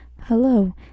hello